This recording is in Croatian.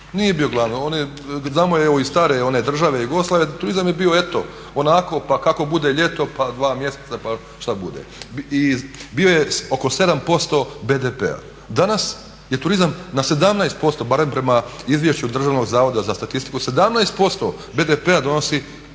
nije bio glavni, znamo iz one stare one države Jugoslavije, turizam je bio eto onako pa kako bude ljeto pa 2 mjeseca pa šta bude. I bio je oko 7% BDP-a, danas je turizam na 17% barem prema izvješću Državnog zavoda za statistiku, 17% BDP-a donosi